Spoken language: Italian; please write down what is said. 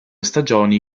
stagioni